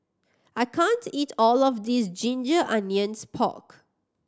I can't eat all of this ginger onions pork